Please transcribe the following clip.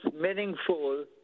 meaningful